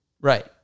Right